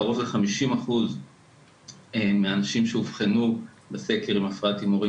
קרוב ל-50% מהאנשים שאובחנו בסקר עם הפרעת הימורים,